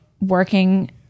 working